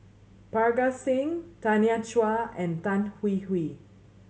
Parga Singh Tanya Chua and Tan Hwee Hwee